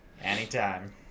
Anytime